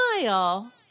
smile